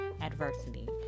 adversity